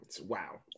Wow